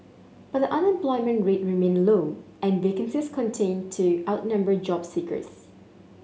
but the unemployment rate remained low and vacancies contain to outnumber job seekers